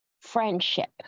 friendship